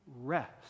rest